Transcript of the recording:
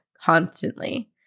constantly